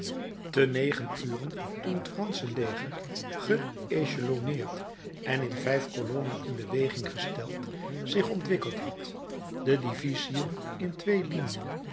te negen uren toen het fransche leger geëcheloneerd en in vijf kolonnen in beweging gesteld zich ontwikkeld had de divisiën in twee liniën